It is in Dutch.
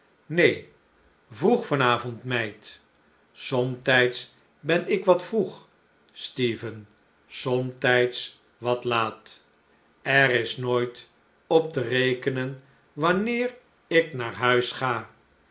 neen vroeg van avond meid somtijds ben ik wat vroeg stephen somtijds wat laat er is nooit op te rekenen wanneer ik naar huis ga